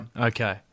Okay